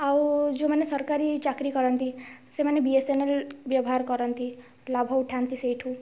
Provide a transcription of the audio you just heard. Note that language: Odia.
ଆଉ ଯେଉଁମାନେ ସରକାରୀ ଚାକିରି କରନ୍ତି ସେମାନେ ବି ଏସ୍ ଏନ୍ ଏଲ୍ ବ୍ୟବହାର କରନ୍ତି ଲାଭ ଉଠାନ୍ତି ସେଇଠୁ